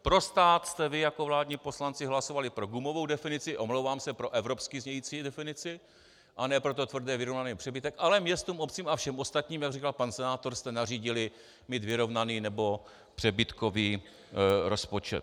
Pro stát jste vy jako vládní poslanci hlasovali pro gumovou definici, omlouvám se, pro evropsky znějící definici, a ne pro ten tvrdě vyrovnaný přebytek, ale městům, obcím a všem ostatním, jak říkal pan senátor, jste nařídili mít vyrovnaný nebo přebytkový rozpočet.